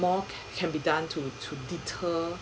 more can be done to to deter